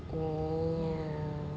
oh